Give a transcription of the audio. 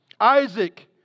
Isaac